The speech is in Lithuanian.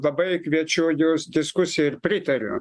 labai kviečiu jus diskusijai ir pritariu